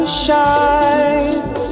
shine